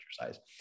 exercise